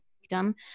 victim